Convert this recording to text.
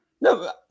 No